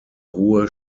hohe